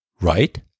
right